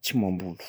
tsy mamboly voky.